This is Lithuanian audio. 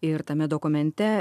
ir tame dokumente